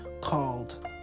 called